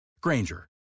Granger